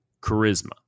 charisma